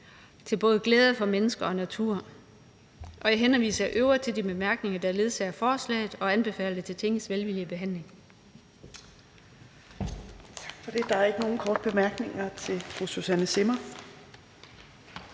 til glæde for både mennesker og natur. Jeg henviser i øvrigt til de bemærkninger, der ledsager forslaget, og anbefaler det til Tingets velvillige behandling.